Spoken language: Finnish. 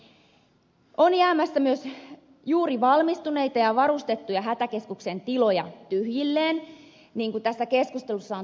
on jäämässä myös juuri valmistuneita ja varustettuja hätäkeskuksen tiloja tyhjilleen niin kuin tässä keskustelussa on tullut ilmi